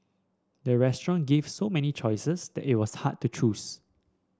the restaurant gave so many choices that it was hard to choose